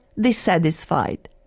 dissatisfied